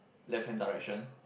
left hand direction